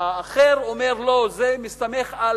האחר אומר, לא, זה מסתמך על